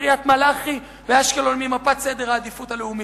קריית-מלאכי ואשקלון ממפת אזורי העדיפות הלאומית,